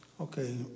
Okay